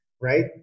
right